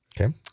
Okay